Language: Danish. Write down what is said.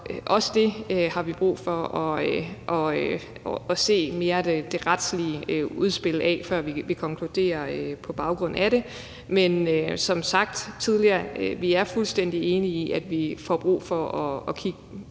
også der har vi brug for at se mere af det retslige udspil, før vi kan konkludere på baggrund af det. Men som sagt tidligere er vi fuldstændig enige i, at vi får brug for at kigge